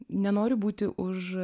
nenoriu būti už